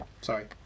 sorry